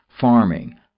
farming